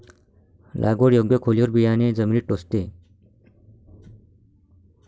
लागवड योग्य खोलीवर बियाणे जमिनीत टोचते